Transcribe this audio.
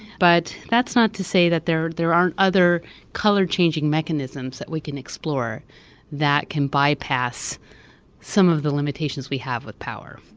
but that's not to say that there there aren't other color changing mechanisms that we can explore that can bypass some of the limitations we have with power,